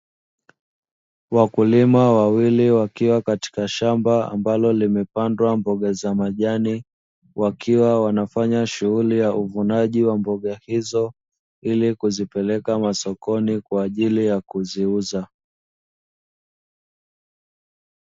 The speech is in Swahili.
Wakulima wawili wakiwa katika shamba ambalo limepandwa mboga za majani, wakiwa wanafanya shughuli ya uvunaji wa mboga hizo, ili kuzipeleka masokoni kwa ajili ya kuziuza.